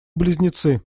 близнецы